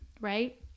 right